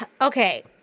okay